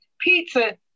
pizza